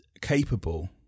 capable